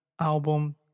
album